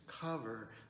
cover